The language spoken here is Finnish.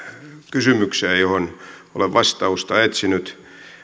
kysymykseen johon olen vastausta etsinyt